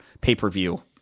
pay-per-view